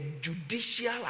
judicial